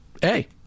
hey